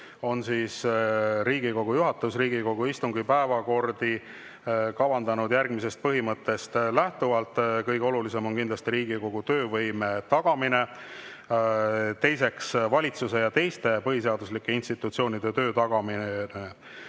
kavandab Riigikogu juhatus Riigikogu istungi päevakordi lähtuvalt järgmisest põhimõttest: kõige olulisem on kindlasti Riigikogu töövõime tagamine, teiseks valitsuse ja teiste põhiseaduslike institutsioonide töö tagamine.